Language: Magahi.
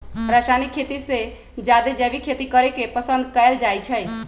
रासायनिक खेती से जादे जैविक खेती करे के पसंद कएल जाई छई